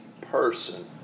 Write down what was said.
person